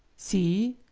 see!